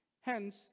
Hence